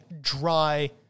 dry